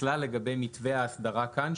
בכלל לגבי מתווה ההסדרה כאן,